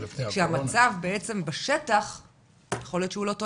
כאשר שיכול להיות שהמצב בשטח לא תואם.